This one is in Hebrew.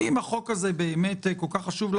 אם הצעת החוק הזאת באמת כל כך חשובה